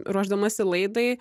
ruošdamasi laidai